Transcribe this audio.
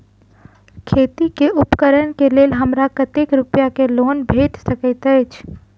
खेती उपकरण केँ लेल हमरा कतेक रूपया केँ लोन भेटि सकैत अछि?